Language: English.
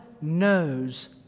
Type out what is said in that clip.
knows